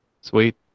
Sweet